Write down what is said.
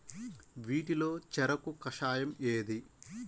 వీటిలో చెరకు కషాయం ఏది?